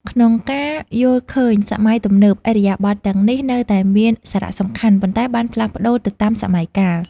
ក្នុងការយល់ឃើញសម័យទំនើប ឥរិយាបថទាំងនេះនៅតែមានសារៈសំខាន់ ប៉ុន្តែបានផ្លាស់ប្តូរទៅតាមសម័យកាល។